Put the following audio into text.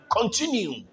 continue